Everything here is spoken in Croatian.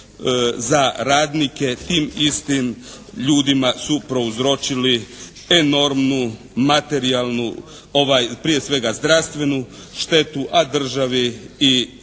za radnike tim istim ljudima su prouzročili enormnu materijalnu, prije svega zdravstvenu štetu a državi i